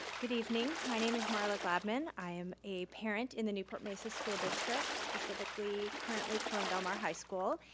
good evening, my name is marla glabman, i am a parent in the newport-mesa school district, specifically currently corona del mar high school,